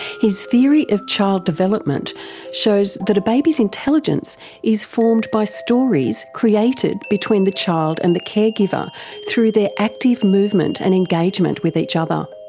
his theory of child development shows that a baby's intelligence is formed by stories created between the child and the caregiver through their active movement and engagement with each other.